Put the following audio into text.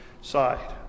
side